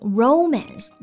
romance